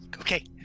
Okay